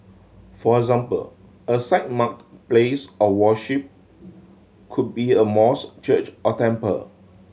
for example a site marked place of worship could be a mosque church or temple